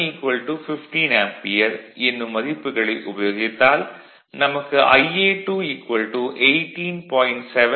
Ia1 15 ampere என்னும் மதிப்புகளை உபயோகித்தால் நமக்கு Ia2 18